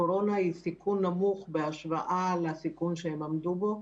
הקורונה היא סיכון נמוך בהשוואה לסיכון שהם היו בו.